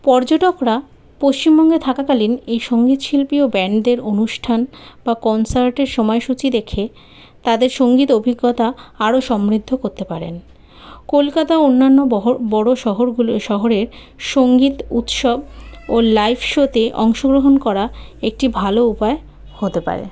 পর্যটকরা পশ্চিমবঙ্গে থাকাকালীন এই সঙ্গীত শিল্পী ও ব্যান্ডের অনুষ্ঠান বা কনসার্টের সমায় সূচী দেখে তাদের সঙ্গীত অভিজ্ঞতা আরো সমৃদ্ধ করতে পারেন কলকাতা ও অন্যান্য বহ বড়ো শহরগুলি শহরের সঙ্গীত উৎসব ও লাইভ শোতে অংশগ্রহণ করা একটি ভালো উপায় হতে পারে